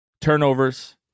Turnovers